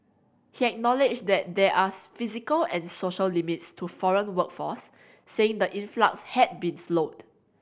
he acknowledged that there are physical and social limits to foreign workforce saying the influx had been slowed